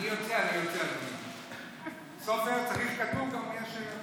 יש מקרים כאלה שאתה מוזמן לצאת מהמליאה.